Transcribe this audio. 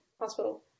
hospital